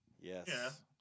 Yes